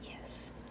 Yes